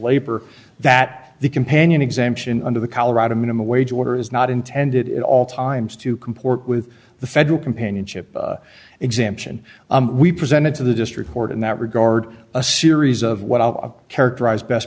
labor that the companion exemption under the colorado minimum wage order is not intended at all times to comport with the federal companionship exemption we presented to the district court in that regard a series of what i characterize best